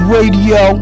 Radio